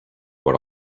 what